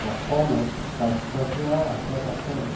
অসমত স্বাস্থ্যসেৱাৰ আশে পাশে